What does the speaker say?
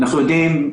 אנחנו יודעים,